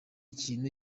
kintu